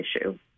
issue